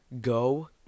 go